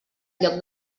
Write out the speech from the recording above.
lloc